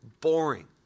boring